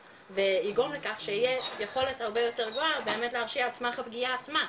ויגרום לכך שתהיה יכולת הרבה יותר גבוהה להרשיע על סמך הפגיעה עצמה,